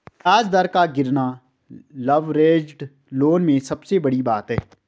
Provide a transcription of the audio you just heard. ब्याज दर का गिरना लवरेज्ड लोन में सबसे बड़ी बात है